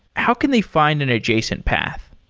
how can they find an adjacent path?